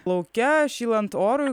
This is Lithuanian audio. lauke šylant orui